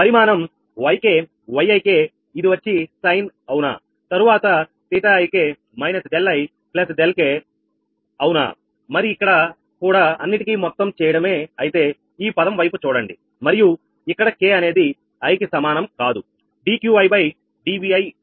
పరిమాణం |Yk||Yik | ఇది వచ్చి సైన్ అవునా తరువాత Ɵik ðiðk అవునా మరి ఇక్కడ కూడా అన్నిటికీ మొత్తం చేయడమే అయితే ఈ పదం వైపు చూడండి మరియు ఇక్కడ k అనేది i కి సమానం కాదు